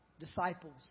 disciples